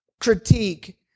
critique